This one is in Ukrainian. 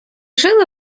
жили